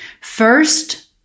First